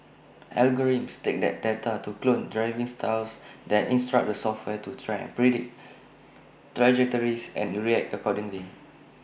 algorithms take that data to clone driving styles then instruct the software to try and predict trajectories and react accordingly